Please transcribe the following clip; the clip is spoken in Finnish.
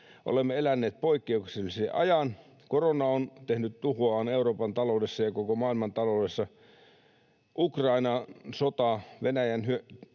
Olemme eläneet poikkeuksellisen ajan: Korona on tehnyt tuhoaan Euroopan taloudessa ja koko maailman taloudessa. Myöskin Ukrainan sota, Venäjän karkea